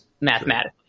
mathematically